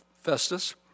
Festus